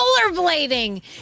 rollerblading